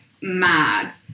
mad